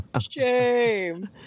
shame